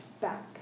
back